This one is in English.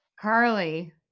Carly